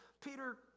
Peter